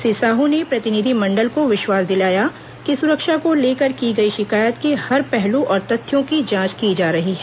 श्री साह ने प्रतिनिधि मण्डल को विश्वास दिलाया कि सुरक्षा को लेकर की गई शिकायत के हर पहलू और तथ्यों की जांच की जा रही है